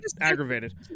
aggravated